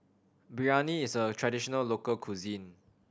biryani is a traditional local cuisine